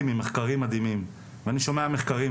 עם מחקרים מדהימים ואני שומע מחקרים,